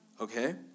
Okay